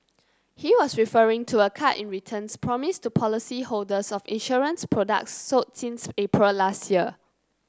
he was referring to a cut in returns promised to policy holders of insurance products sold since April last year